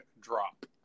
drop